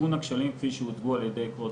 לתיקון הכשלים כפי שהוצגו על ידי כבוד